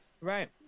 right